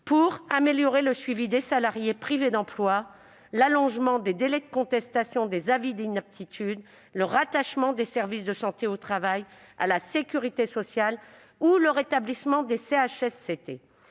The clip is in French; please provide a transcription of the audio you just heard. : amélioration du suivi des salariés privés d'emploi, allongement des délais de contestation des avis d'inaptitude, rattachement des SST au travail à la sécurité sociale, rétablissement des CHSCT.